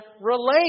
relate